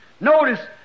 Notice